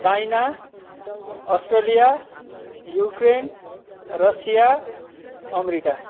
China Australia Ukraine Russia America